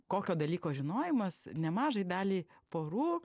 kokio dalyko žinojimas nemažai daliai porų